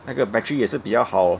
那个 battery 也是比较好